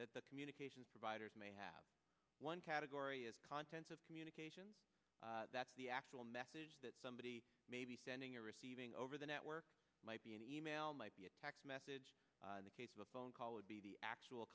that the communications providers may have one category as contents of communication that the actual message that somebody may be sending or receiving over the network might be an e mail might be a text message in the case of a phone call would be the actual